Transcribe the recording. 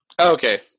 Okay